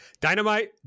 Dynamite